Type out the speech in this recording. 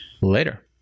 Later